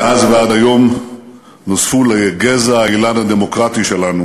מאז ועד היום נוספו לגזע האילן הדמוקרטי שלנו